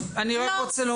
לא.